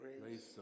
Grace